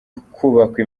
kubakwa